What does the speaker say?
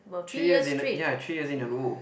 three years in ya three years in a row